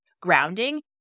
grounding